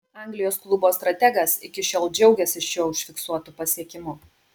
anglijos klubo strategas iki šiol džiaugiasi šiuo užfiksuotu pasiekimu